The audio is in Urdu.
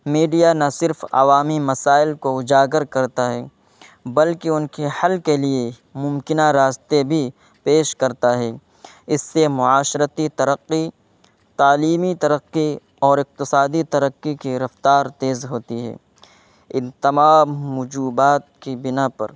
میڈیا نہ صرف عوامی مسائل کو اجاگر کرتا ہے بلکہ ان کے حل کے لیے ممکنہ راستے بھی پیش کرتا ہے اس سے معاشرتی ترقی تعلیمی ترقی اور اقتصادی ترقی کی رفتار تیز ہوتی ہے ان تمام وجوحات کی بنا پر